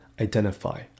identify